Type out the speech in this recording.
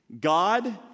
God